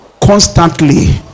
constantly